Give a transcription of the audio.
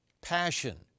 passion